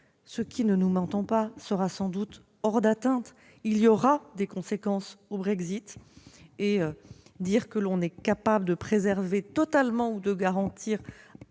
ce qui- ne nous mentons pas -sera sans doute hors d'atteinte. Il y aura des conséquences au Brexit. Dire que l'on est capable de préserver totalement ou de garantir